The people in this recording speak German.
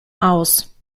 aus